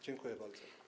Dziękuję bardzo.